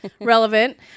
relevant